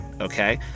okay